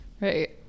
Right